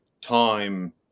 time